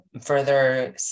further